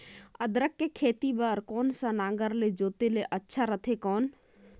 अदरक के खेती बार कोन सा नागर ले जोते ले अच्छा रथे कौन?